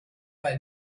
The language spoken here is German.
bei